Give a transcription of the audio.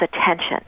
attention